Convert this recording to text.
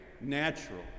natural